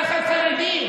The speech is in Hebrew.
נח"ל חרדי.